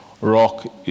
rock